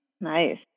nice